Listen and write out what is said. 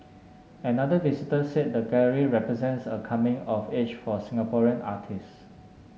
another visitor said the gallery represents a coming of age for Singaporean artists